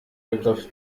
begriff